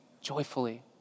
joyfully